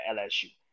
LSU